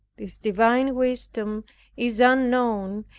this divine wisdom is unknown,